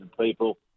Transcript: people